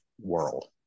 world